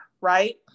right